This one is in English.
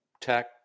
tech